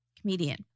comedian